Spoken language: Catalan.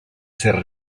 ser